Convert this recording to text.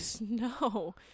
no